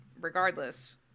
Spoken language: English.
regardless